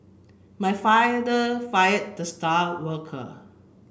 my father fired the star worker